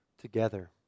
together